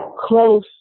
close